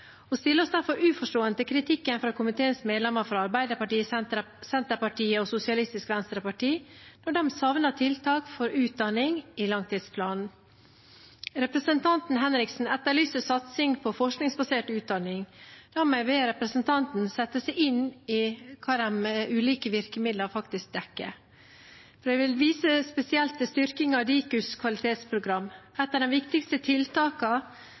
oss derfor uforstående til kritikken fra komiteens medlemmer fra Arbeiderpartiet, Senterpartiet og Sosialistisk Venstreparti når de savner tiltak for utdanning i langtidsplanen. Representanten Martin Henriksen etterlyser satsing på en forskningsbasert utdanning. Da må jeg be representanten sette seg inn i hva de ulike virkemidlene faktisk dekker. Jeg vil vise spesielt til styrking av Dikus kvalitetsprogrammer. Et av de viktigste